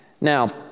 Now